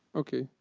okay.